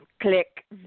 Click